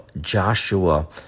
Joshua